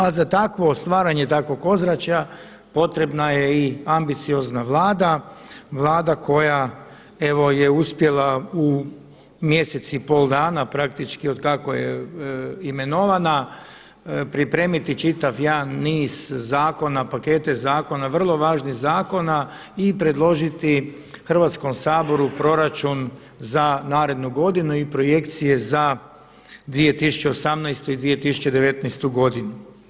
A za takvo stvaranje takvog ozračja potrebna je i ambiciozna Vlada, Vlada koja evo je uspjela u mjesec i pol dana praktički otkako je imenovana pripremiti čitav jedan niz zakona, pakete zakona, vrlo važnih zakona i predložiti Hrvatskom saboru proračun za narednu godinu i projekcije za 2018. i 2019. godinu.